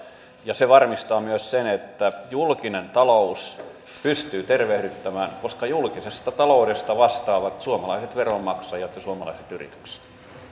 ja se varmistaa myös sen että julkinen talous pystyy tervehdyttämään koska julkisesta taloudesta vastaavat suomalaiset veronmaksajat ja suomalaiset yritykset